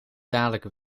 dadelijk